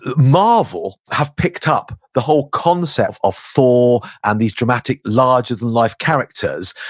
ah marvel have picked up the whole concept of thor and these dramatic larger than life characters.